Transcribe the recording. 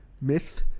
myth